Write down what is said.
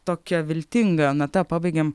tokia viltinga nata pabaigėm